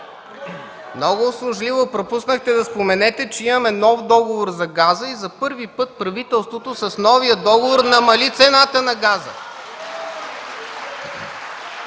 Много услужливо пропуснахте да споменете, че имаме нов договор за газа и за първи път правителството с новия договор намали цената на газа.